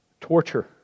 torture